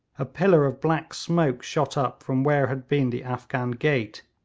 a pillar of black smoke shot up from where had been the afghan gate,